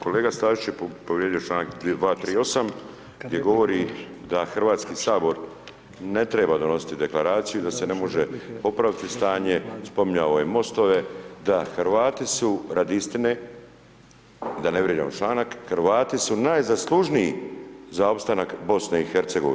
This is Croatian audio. Kolega Stazić je povrijedio čl. 238. gdje govori da HS ne treba donositi Deklaraciju, da se ne može popraviti stanje, spominjao je mostove, da Hrvati su radi istine, da ne vrijeđamo članak, Hrvati su najzaslužniji za opstanak BiH.